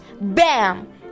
bam